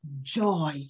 joy